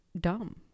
dumb